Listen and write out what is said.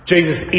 Jesus